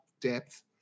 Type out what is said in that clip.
depth